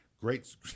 Great